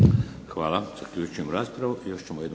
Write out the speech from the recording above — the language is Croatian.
Hvala. Zaključujem raspravu.